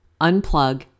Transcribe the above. unplug